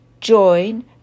join